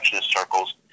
circles